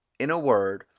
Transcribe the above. in a word,